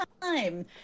time